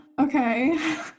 Okay